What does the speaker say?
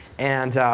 and